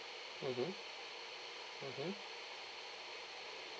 mmhmm mmhmm